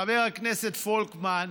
חבר הכנסת פולקמן,